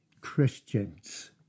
Christians